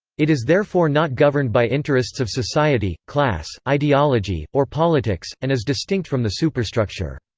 it is therefore not governed by interests of society, class, ideology, or politics, and is distinct from the superstructure.